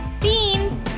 Beans